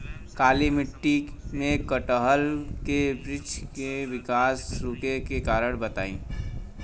काली मिट्टी में कटहल के बृच्छ के विकास रुके के कारण बताई?